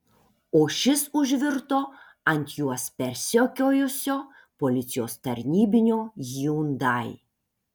o šis užvirto ant juos persekiojusio policijos tarnybinio hyundai